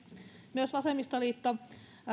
myös vasemmistoliitto